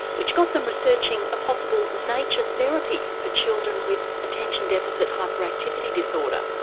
which got them researching a possible nature therapy for children with attention deficit hyperactivity disorder.